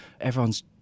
Everyone's